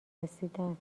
رسیدن